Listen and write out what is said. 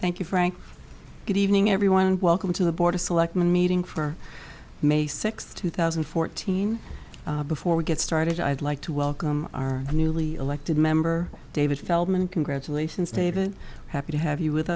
thank you frank good evening everyone and welcome to the board of selectmen meeting for may sixth two thousand and fourteen before we get started i'd like to welcome our newly elected member david feldman congratulations david happy to have you with